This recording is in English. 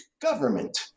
government